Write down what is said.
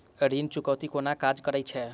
ऋण चुकौती कोना काज करे ये?